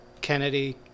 kennedy